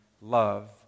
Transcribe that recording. love